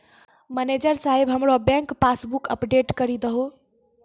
manager साहेब हमरो bank passbook update करि दहो